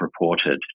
reported